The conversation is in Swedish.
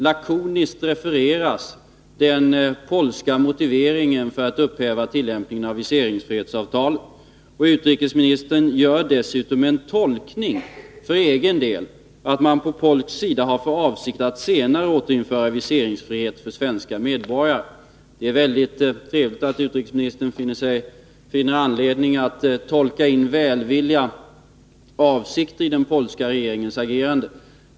Lakoniskt refereras den polska motiveringen för att upphäva tillämpningen av viseringsfrihetsavtalet. Utrikesministern gör dessutom en tolkning för egen del, när han säger att ”man från polsk sida har för avsikt att senare återinföra viseringsfrihet för svenska medborgare”. Det är mycket trevligt att utrikesministern finner anledning att tolka in välvilliga avsikter i den polska regeringens agerande.